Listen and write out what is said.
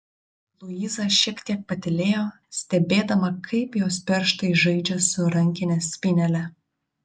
luiza šiek tiek patylėjo stebėdama kaip jos pirštai žaidžia su rankinės spynele